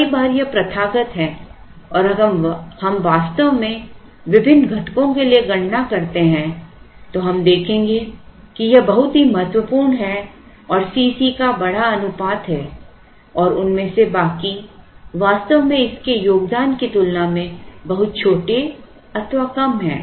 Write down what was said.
कई बार यह प्रथागत है और अगर हम वास्तव में विभिन्न घटकों के लिए गणना करते हैं तो हम देखेंगे कि यह बहुत ही महत्वपूर्ण है और C c का बड़ा अनुपात है और उनमें से बाकी वास्तव में इस के योगदान की तुलना में बहुत छोटे अथवा कम हैं